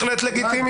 זה בהחלט לגיטימי.